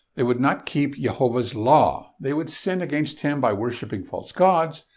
they would not keep yehovah's law. they would sin against him by worshipping false gods.